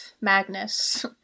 Magnus